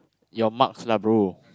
your marks lah brother